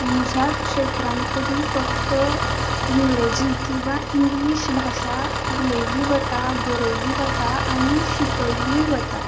म्हज्या क्षेत्रांत तरी फक्त अंग्रेजी किंवा इंग्लीश भाशा उलयल्ली वता बरयल्ली वता आनी शिकयल्लीय वता